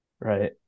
right